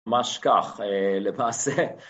ממש כך למעשה.